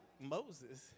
Moses